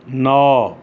ନଅ